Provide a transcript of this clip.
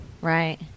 Right